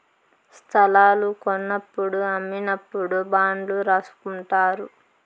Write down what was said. స్తలాలు కొన్నప్పుడు అమ్మినప్పుడు బాండ్లు రాసుకుంటారు